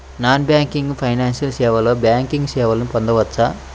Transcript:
Non banking financial సేవలో banking సేవలను పొందవచ్చా?